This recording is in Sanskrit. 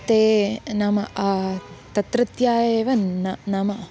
ते नाम तत्रत्यः एव न नाम